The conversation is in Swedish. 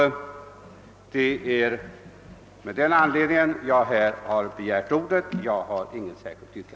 Jag har inget särskilt yrkande: